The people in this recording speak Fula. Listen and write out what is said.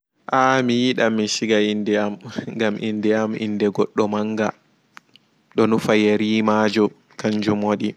Aaa mi yiɗan mi sigan inɗe am ngam inɗe am inɗe goɗɗo manga no nufa yerimaajo kanjum waɗi.